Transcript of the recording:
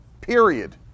period